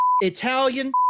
Italian